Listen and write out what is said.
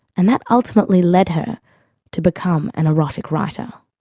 and that ultimately led her to become an erotic writer.